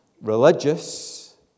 religious